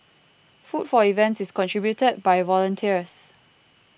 food for events is contributed by volunteers